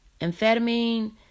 amphetamine